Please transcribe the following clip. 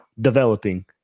developing